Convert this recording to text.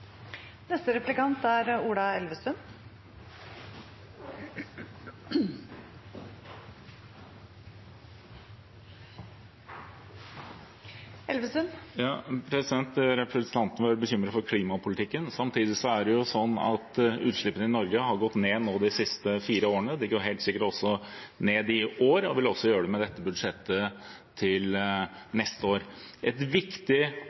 Representanten var bekymret for klimapolitikken. Samtidig er det sånn at utslippene i Norge har gått ned de siste fire årene, de går helt sikkert også ned i år, og de vil med dette budsjettet også gjøre det til neste år. Et viktig